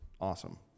awesome